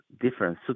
different